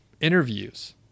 interviews